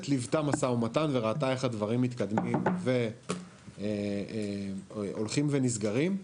ליוותה משא ומתן וראתה איך הדברים מתקדמים והולכים ונסגרים.